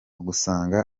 gusanga